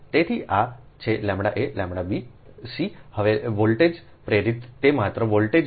તેથી આ છેʎaʎb c હવે વોલ્ટેજ પ્રેરિત તે માત્ર વોલ્ટેજ પ્રેરિતʎva 0